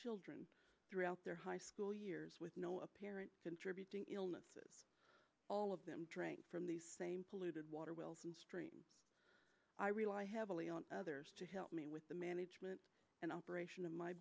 children throughout their high school years with no apparent contributing illnesses all of them drank from the same polluted water wells and saint i rely heavily on others to help me with the management and operation of my